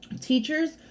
Teachers